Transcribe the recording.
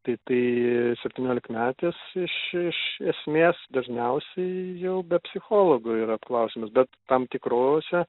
tai tai septyniolikmetis iš iš esmės dažniausiai jau be psichologų yra apklausiamas bet tam tikrose